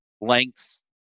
lengths